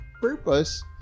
purpose